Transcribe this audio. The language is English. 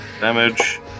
Damage